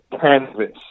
canvas